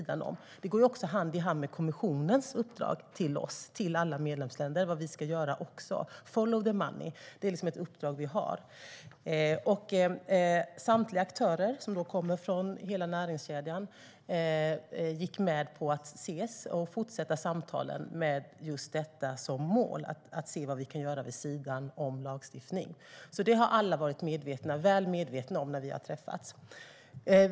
Det går också hand i hand med kommissionens uppdrag till oss och till alla medlemsländer. Vad vi ska göra är att follow the money. Det är ett uppdrag vi har. Samtliga aktörer, som kommer från hela näringskedjan, gick med på att ses och att fortsätta samtalen med just detta som mål - att se vad vi kan göra vid sidan av lagstiftningen. Det har alla varit väl medvetna om när vi har träffats.